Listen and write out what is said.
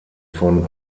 von